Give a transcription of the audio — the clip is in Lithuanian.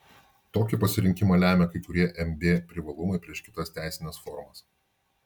tokį pasirinkimą lemia kai kurie mb privalumai prieš kitas teisines formas